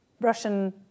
Russian